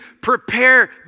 prepare